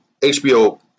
HBO